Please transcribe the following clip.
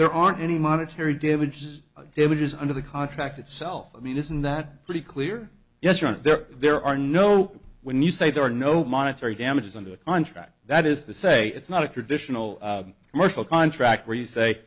there aren't any monetary damages damages under the contract itself i mean isn't that pretty clear yes right there there are no when you say there are no monetary damages under a contract that is the say it's not a traditional commercial contract where you say